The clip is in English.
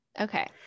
okay